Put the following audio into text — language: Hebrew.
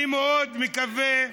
אני מאוד מקווה,